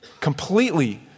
completely